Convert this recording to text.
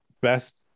best